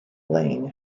lane